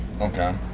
okay